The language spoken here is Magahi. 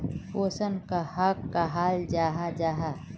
पोषण कहाक कहाल जाहा जाहा?